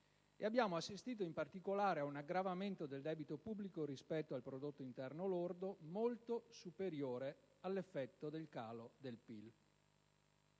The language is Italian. abbiamo assistito in particolare a un aggravamento del debito pubblico rispetto al prodotto interno lordo molto superiore all'effetto del calo del PIL.